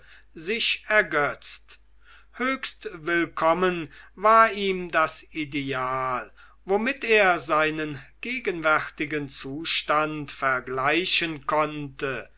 sich ergötzt höchst willkommen war ihm das ideal womit er seinen gegenwärtigen zustand vergleichen konnte